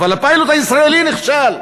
אבל הפיילוט הישראלי נכשל.